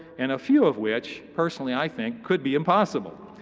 and a few of which, personally, i think, could be impossible.